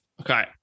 Okay